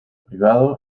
privado